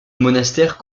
monastère